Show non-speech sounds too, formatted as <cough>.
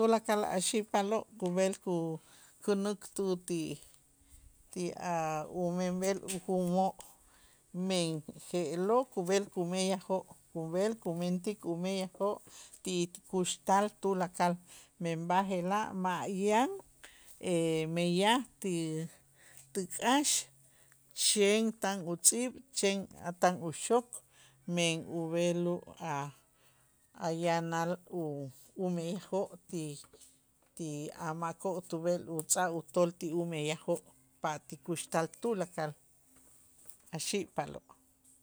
Tulakal ajxi'paaloo' kub'el ku- kunäk tu ti- ti a' umenb'el ujo'mo' men je'lo' kub'el kumeyajoo', kub'el kumentik umeyajoo' ti kuxtal tulakal, men b'aje'laj ma' yan <hesitation> meyaj ti tu k'aax chen tan utz'iib' chen a' tan uxok men ub'eloo' a' ya naal u- umeyajoo' ti- ti a' makoo' tub'el utz'aj utool ti umeyajoo' pa' ti kuxtal tulakal ajxi'paaloo'.